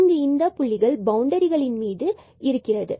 இங்கு இந்த புள்ளிகள் பவுண்டரிகளின் மீது இருத்தல் வேண்டும்